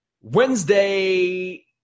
Wednesday